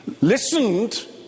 Listened